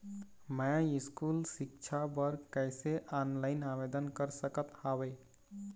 मैं स्कूल सिक्छा बर कैसे ऑनलाइन आवेदन कर सकत हावे?